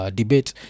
debate